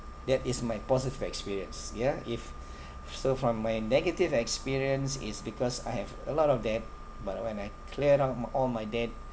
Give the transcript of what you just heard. that is my positive experience ya if so from my negative experience it's because I have a lot of debt but when I cleared out all my debt